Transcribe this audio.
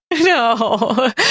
No